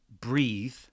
breathe